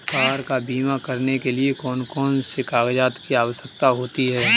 Car का बीमा करने के लिए कौन कौन से कागजात की आवश्यकता होती है?